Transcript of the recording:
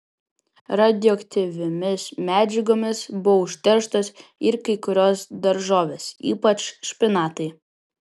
radioaktyviomis medžiagomis buvo užterštos ir kai kurios daržovės ypač špinatai